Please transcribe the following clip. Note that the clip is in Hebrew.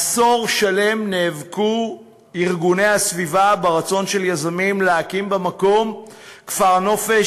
עשור שלם נאבקו ארגוני הסביבה ברצון של יזמים להקים במקום כפר נופש,